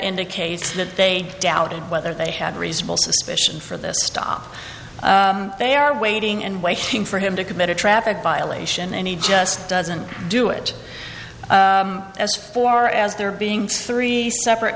indicates that they doubted whether they had reasonable suspicion for this stop they are waiting and waiting for him to commit a traffic violation and he just doesn't do it as for as there being three separate